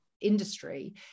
industry